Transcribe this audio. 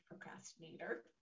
procrastinator